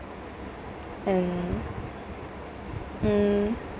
and um